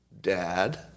Dad